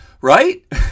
right